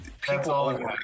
people